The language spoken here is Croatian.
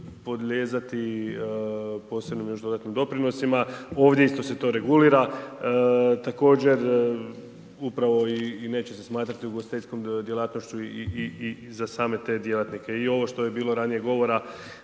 podlijegati posebnim još dodatnim doprinosima. Ovdje isto se to regulira. Također, upravo i neće se smatrati ugostiteljskom djelatnošću i za same te djelatnike. I ovo što je bilo ranije govora